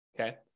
okay